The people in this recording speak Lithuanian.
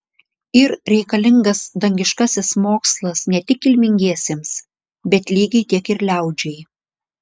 yr reikalingas dangiškasis mokslas ne tik kilmingiesiems bet lygiai tiek ir liaudžiai